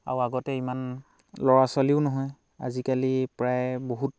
আৰু আগতে ইমান ল'ৰা ছোৱালীও নহয় আজিকালি প্ৰায় বহুত